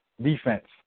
defense